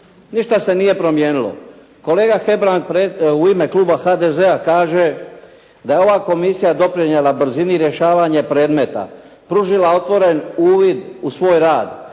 Ništa se nije promijenilo. Kolega Hebrang u ime Kluba HDZ-a kaže da je ova Komisija doprinijela brzini rješavanja predmeta, pružila otvoren uvid u svoj rad,